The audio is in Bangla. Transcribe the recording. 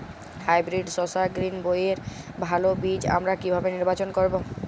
হাইব্রিড শসা গ্রীনবইয়ের ভালো বীজ আমরা কিভাবে নির্বাচন করব?